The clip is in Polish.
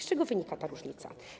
Z czego wynika ta różnica?